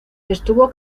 estuvo